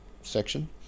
section